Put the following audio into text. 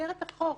במסגרת החוק.